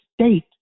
state